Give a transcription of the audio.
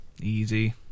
Easy